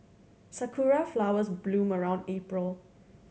sakura flowers bloom around April